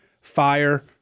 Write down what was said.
fire